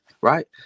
right